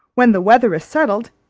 when the weather is settled,